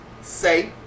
say